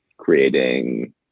creating